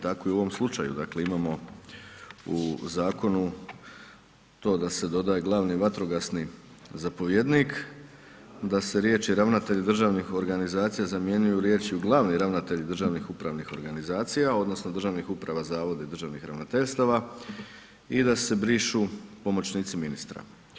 Tako i u ovom slučaju, dakle, imamo u zakonu, to da se dodaje glavni vatrogasni zapovjednik, da se riječi ravnatelj državnih organizacija, zamjenjuje riječi glavni ravnatelj državnih upravnih organizacija, odnosno, državnih uprava zavoda i državnih ravnateljstava i da se brišu pomoćnici ministara.